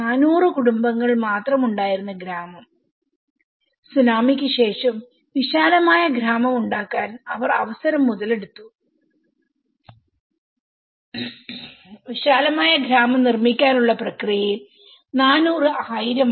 നാനൂറ് കുടുംബങ്ങൾ മാത്രമുണ്ടായിരുന്ന ഗ്രാമംസുനാമിക്ക് ശേഷം വിശാലമായ ഗ്രാമം ഉണ്ടാക്കാൻ അവർ അവസരം മുതലെടുത്തു വിശാലമായ ഗ്രാമം നിർമ്മിക്കാനുള്ള പ്രക്രിയയിൽ 400 ആയിരമായി